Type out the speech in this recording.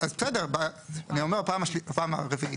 בסדר, אני אומר בפעם הרביעית,